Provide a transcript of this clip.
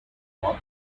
not